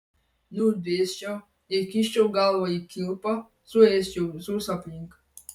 nudvėsčiau įkiščiau galvą į kilpą suėsčiau visus aplink